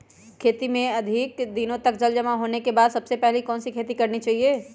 खेत में अधिक दिनों तक जल जमाओ होने के बाद सबसे पहली कौन सी खेती करनी चाहिए?